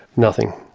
nothing,